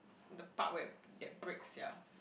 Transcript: the part where it get breaks yeah